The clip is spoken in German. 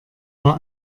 war